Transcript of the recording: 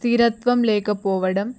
స్థిరత్వం లేకపోవడం